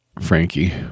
Frankie